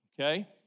okay